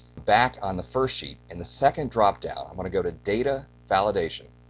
back on the first sheet, in the second drop-down, i'm going to go to data validation.